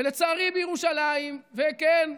ולצערי בירושלים, וכן,